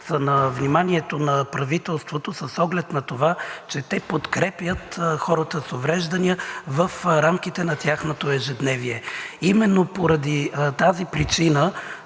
са на вниманието на правителството, с оглед на това, че те подкрепят хората с увреждания в рамките на тяхното ежедневие. Именно поради тази причина